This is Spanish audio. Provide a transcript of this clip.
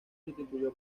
sustituyó